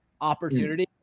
opportunity